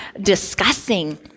discussing